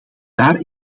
daar